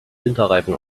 winterreifen